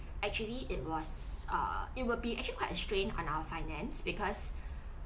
actually it was err it will be actually quite a strain on our finance because